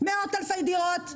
מאות אלפי דירות.